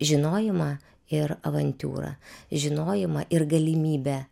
žinojimą ir avantiūrą žinojimą ir galimybę